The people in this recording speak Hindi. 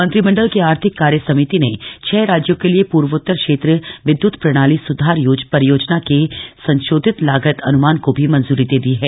मंत्रिमंडल की आर्थिक कार्य समिति ने छह राज्यों के लिए पूर्वोतर क्षेत्र विद्य्त प्रणाली स्धार परियोजना के संशोधित लागत अन्मान को भी मंजूरी दे दी है